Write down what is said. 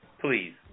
please